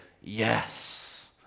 yes